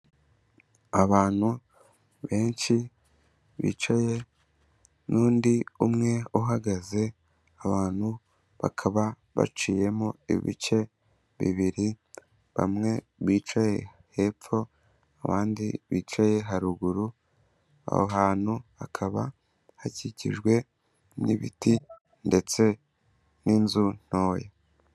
Abantu benshi bicaye, n'undi umwe uhagaze, abantu bakaba baciyemo ibice bibiri, bamwe bicaye hepfo abandi bicaye haruguru, aho hantu hakaba hakikijwe n'ibiti ndetse n'inzu ntoya.